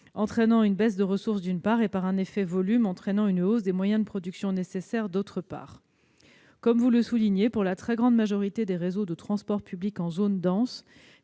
entraînant une baisse de ressources, d'une part, et par un effet volume, entraînant une hausse des moyens de production nécessaires, d'autre part. Comme vous le soulignez, pour la très grande majorité des réseaux de transports publics en zone dense,